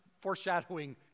foreshadowing